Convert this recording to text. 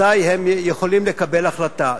אזי הם יכולים לקבל החלטה.